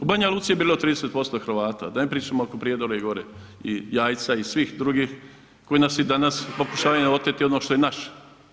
U Banjaluci je bilo 30% Hrvata, da ne pričamo oko Prijedora i Gore i Jajca i svih drugih koji nas i danas pokušavaju oteti ono što je naše.